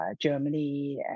Germany